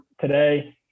today